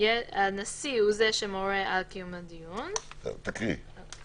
כנוסחו בסעיף *** לחוק זה,